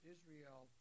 Israel